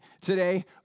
today